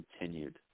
continued